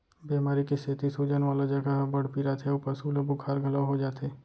बेमारी के सेती सूजन वाला जघा ह बड़ पिराथे अउ पसु ल बुखार घलौ हो जाथे